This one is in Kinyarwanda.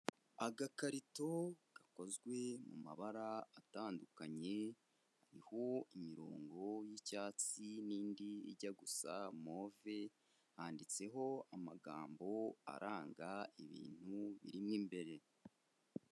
Agakarito gakozwe mu mabara atandukanye, kariho imirongo y'icyatsi n'indi ijya gusa move, handitseho amagambo aranga ibintu birimo imbere.